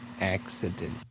Accident